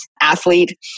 Athlete